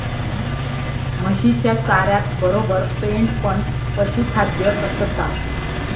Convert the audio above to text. म्हशीच्या चाऱ्यातबरोबर पेंड पण पशुखाद्य असता